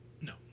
No